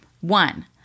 One